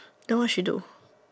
then what she do